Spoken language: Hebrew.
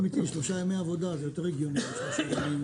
שלושה ימי עבודה, זה יותר הגיוני משלושה ימים